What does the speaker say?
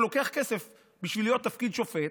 הוא לוקח כסף בשביל להיות בתפקיד שופט,